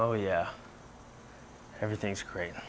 oh yeah everything's great